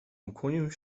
ukłonił